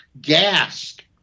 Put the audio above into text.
gasped